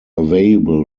available